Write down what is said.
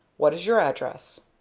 what is your address?